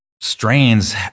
strains